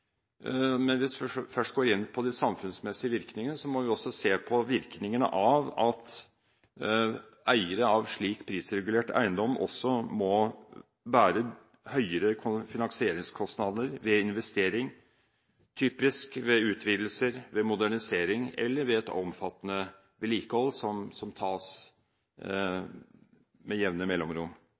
men hvis vi først går inn på de samfunnsmessige virkningene, må vi også se på virkningene av at eiere av slik prisregulert eiendom også må bære høyere finansieringskostnader ved investering, typisk ved utvidelser, ved modernisering eller ved et omfattende vedlikehold som tas med jevne mellomrom.